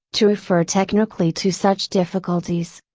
to refer technically to such difficulties.